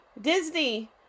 Disney